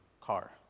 car